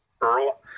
Earl